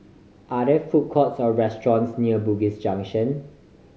are there food courts or restaurants near Bugis Junction